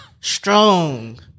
strong